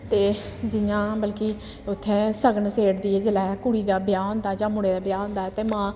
ते जि'यां बल्कि उत्थै सगन सेड़दी ऐ जेल्लै कुड़ी दा ब्याह् होंदा जां मुड़े दा ब्याह् होंदा ते मां